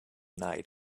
night